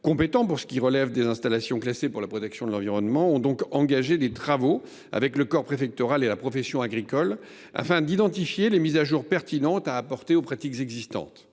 compétents pour ce qui relève des installations classées pour la protection de l’environnement ont donc engagé des travaux avec le corps préfectoral et la profession agricole afin d’identifier les mises à jour pertinentes à apporter aux pratiques existantes.